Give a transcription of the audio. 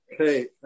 okay